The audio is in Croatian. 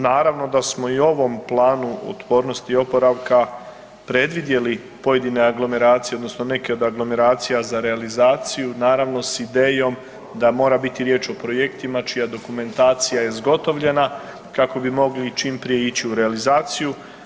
Naravno da smo i u ovom planu otpornosti i oporavka predvidjeli pojedine aglomeracije odnosno neke od aglomeracija za realizaciju naravno s idejom da mora biti riječ o projektima čija dokumentacija je zgotovljena kako bi mogli čim prije ići u realizaciju.